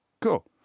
Cool